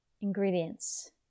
Ingredients